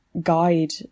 guide